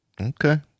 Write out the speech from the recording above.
Okay